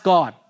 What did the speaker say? God